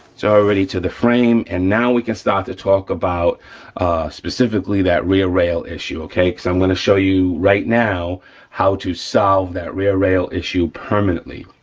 it's already to the frame, and now we can start to talk about specifically that rear rail issue, okay, because i'm gonna show you right now how to solve that rear rail issue permanently.